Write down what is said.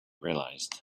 realized